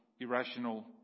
irrational